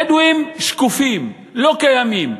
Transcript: הבדואים שקופים, לא קיימים.